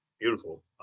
beautiful